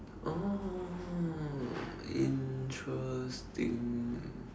oh interesting